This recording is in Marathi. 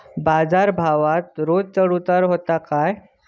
बाजार भावात रोज चढउतार व्हता काय?